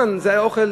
המן היה האוכל